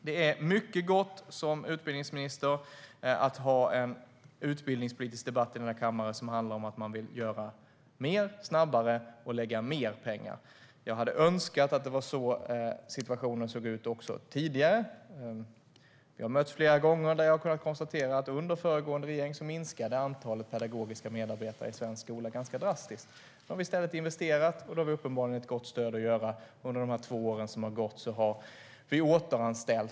Det är mycket gott att som utbildningsminister ha en utbildningspolitisk debatt i den här kammaren som handlar om att man vill göra mer, göra saker snabbare och lägga mer pengar. Jag hade önskat att situationen sett ut så också tidigare. Vi har mötts flera gånger då jag har kunnat konstatera att antalet pedagogiska medarbetare i svensk skola minskade ganska drastiskt under föregående regering. Nu har vi i stället investerat, och det har vi uppenbarligen ett gott stöd för att göra. Under de två år som har gått har vi återanställt.